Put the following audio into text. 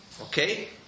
okay